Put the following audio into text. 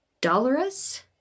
dolorous